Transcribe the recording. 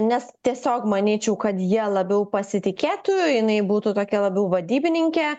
nes tiesiog manyčiau kad ja labiau pasitikėtų jinai būtų tokia labiau vadybininkė